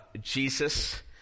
jesus